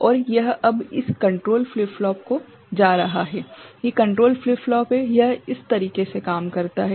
और यह अब इस कंट्रोल फ्लिप फ्लॉप को जा रहा है ये कंट्रोल फ्लिप फ्लॉप है यह इस तरीके से काम करता है